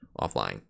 offline